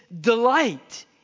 delight